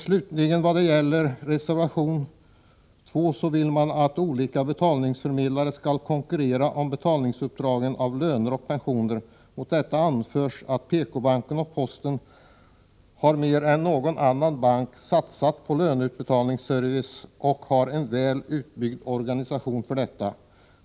Slutligen: I reservation 2 föreslås att olika betalningsförmedlare skall konkurrera om betalningsuppdragen när det gäller löner och pensioner. Mot detta anförs att PK-banken och posten mer än någon annan bank har satsat på löneutbetalningsservice och har en väl utbyggd organisation för detta.